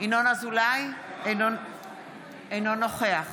אינו נוכח